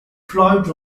floyd